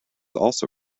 also